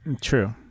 True